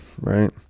right